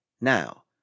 Now